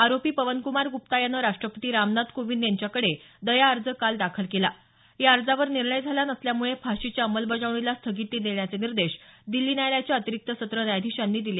आरोपी पवनकुमार गुप्पा यानं राष्ट्रपती रामनाथ कोविंद यांच्याकडे दया अर्ज काल दाखल केला या अर्जावर निर्णय झाला नसल्यामुळे फाशीच्या अंमलबजावणीला स्थगिती देण्याचे निर्देश दिल्ली न्यायालयाच्या अतिरिक्त सत्र न्यायाधिशांनी दिले